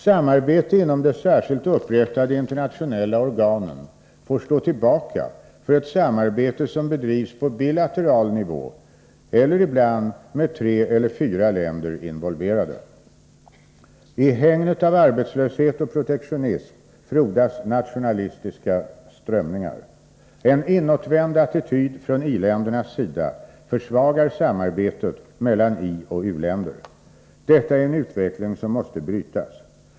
Samarbete inom de särskilt upprättade internationella organen får stå tillbaka för ett samarbete som bedrivs på bilateral nivå eller ibland med tre eller fyra länder involverade. I hägnet av arbetslöshet och protektionism frodas nationalistiska strömningar. En inåtvänd attityd från i-ländernas sida försvagar samarbete mellan ioch u-länder. Detta är en utveckling som måste brytas.